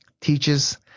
teaches